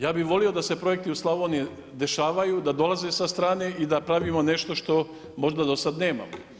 Ja bi volio da se projekti u Slavoniji dešavaju, da dolaze sa strane i da pravimo nešto što možda do sad nemamo.